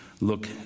look